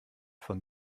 von